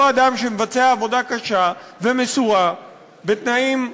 אדם שמבצע עבודה קשה ומסורה בתנאים מסובכים.